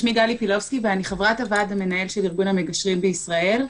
אני חברת הוועד המנהל של ארגון המגשרים בישראל.